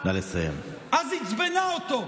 אז עצבנה אותו.